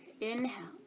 inhale